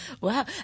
Wow